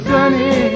Sunny